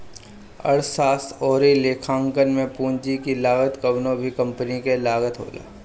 अर्थशास्त्र अउरी लेखांकन में पूंजी की लागत कवनो भी कंपनी के लागत होला